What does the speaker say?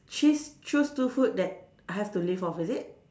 cheese choose to food that I have to live off is it